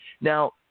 Now